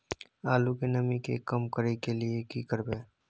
आलू के नमी के कम करय के लिये की करबै?